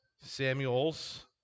Samuel's